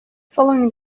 following